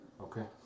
Okay